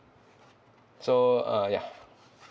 so uh ya